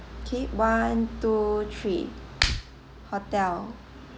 okay one two three hotel